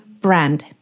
brand